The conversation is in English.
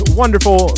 wonderful